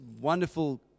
wonderful